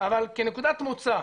אבל כנקודת מוצא,